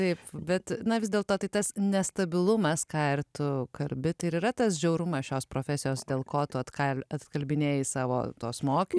taip bet na vis dėlto tai tas nestabilumas kartu kalbėti ir yra tas žiaurumas šios profesijos dėl ko tu atkakliai atkalbinėjai savo tos moki